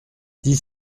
dix